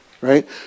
right